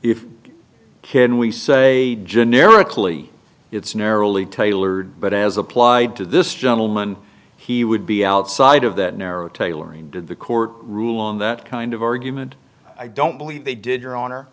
you can we say generically it's narrowly tailored but as applied to this gentleman he would be outside of that narrow tailoring did the court rule on that kind of argument i don't believe they did your hon